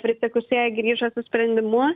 prisiekusieji grįžo su sprendimu